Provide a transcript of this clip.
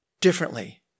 differently